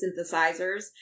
synthesizers